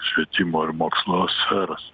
švietimo ir mokslo sferas